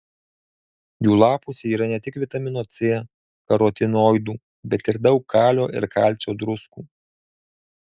jų lapuose yra ne tik vitamino c karotinoidų bet ir daug kalio ir kalcio druskų